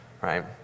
Right